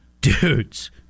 Dudes